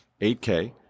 8K